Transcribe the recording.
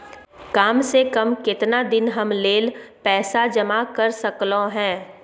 काम से कम केतना दिन के लेल हम पैसा जमा कर सकलौं हैं?